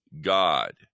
God